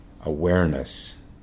awareness